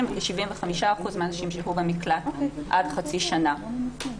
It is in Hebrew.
וכ-75 אחוזים מהנשים שהו במקלט עד חצי שנה.